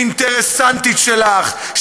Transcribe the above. אינטרסנטית שלך,